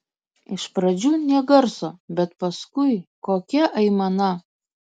iš pradžių nė garso bet paskui kokia aimana